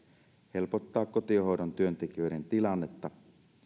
helpottaa kotihoidon työntekijöiden tilannetta